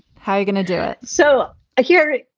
how are you going to do it? so i hear it.